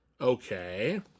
Okay